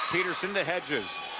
petersen to hedges